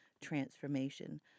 transformation